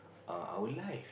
err our life